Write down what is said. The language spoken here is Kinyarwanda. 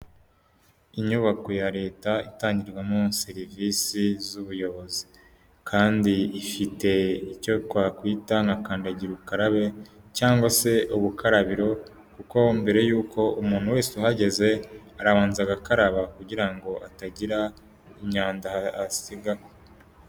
Inyubako ya leta itangirwamo serivisi z'ubuyobozi. Kandi ifite icyo twakwita nka kandagira ukarabe cyangwa se urukarabiro kuko mbere y'uko umuntu wese uhageze arabanza agakaraba kugira ngo atagira imyanda asiga...